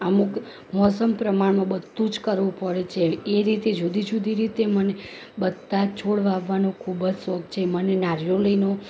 અમુક મોસમ પ્રમાણમાં બધું જ કરવું પડે છે એ રીતે જુદી જુદી રીતે મને બધા જ છોડ વાવવાનું ખૂબ જ શોખ છે મને નારિયેળીનું